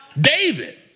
David